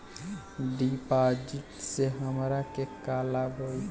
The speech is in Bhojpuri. डिपाजिटसे हमरा के का लाभ होई?